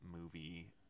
movie